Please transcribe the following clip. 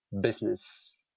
business